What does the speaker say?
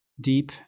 deep